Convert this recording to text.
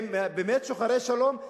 הם באמת שוחרי שלום?